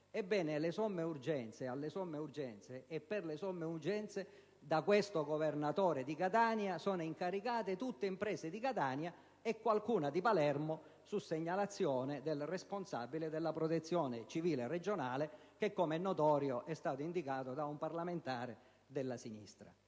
Ebbene, per fare fronte alle somme urgenze, da questo Governatore di Catania sono incaricate tutte imprese di Catania e qualcuna di Palermo su segnalazione del responsabile della Protezione civile regionale che, come è noto, è stato indicato da un parlamentare della sinistra.